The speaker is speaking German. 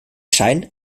scheint